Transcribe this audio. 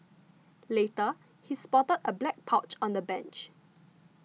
later he spotted a black pouch on the bench